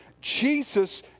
Jesus